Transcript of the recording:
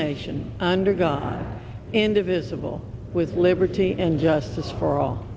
nation under god indivisible with liberty and justice for all